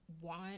want